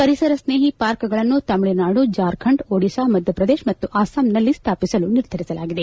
ಪರಿಸರ ಸ್ನೇಹಿ ಪಾರ್ಕ್ಗಳನ್ನು ತಮಿಳುನಾಡು ಜಾರ್ಖಂಡ್ ಓಡಿಶಾ ಮಧೈಪ್ರದೇಶ ಮತ್ತು ಅಸ್ಲಾಂನಲ್ಲಿ ಸ್ಥಾಪಿಸಲು ನಿರ್ಧರಿಸಲಾಗಿದೆ